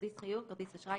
"כרטיס חיוב" כרטיס אשראי,